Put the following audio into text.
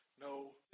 no